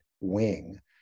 wing